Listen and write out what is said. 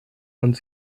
und